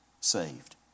saved